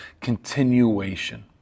continuation